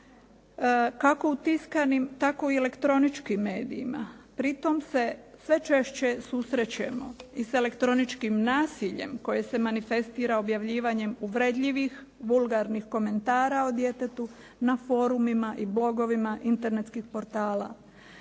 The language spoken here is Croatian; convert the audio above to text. kako u tiskanim, tako i u elektroničkim medijima. Pritom se sve češće susrećemo i s elektroničkim nasiljem koje se manifestira objavljivanjem uvredljivih vulgarnih komentara o djetetu na forumima i blogovima internetskih portala.